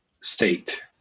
state